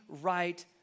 right